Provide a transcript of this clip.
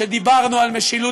כשדיברנו על משילות,